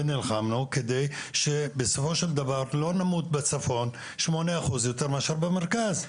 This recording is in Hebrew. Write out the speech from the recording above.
ונלחמנו כדי שבסופו של דבר לא נמות בצפון שמונה אחוז יותר מאשר במרכז.